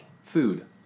food